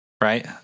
right